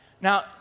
Now